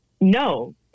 No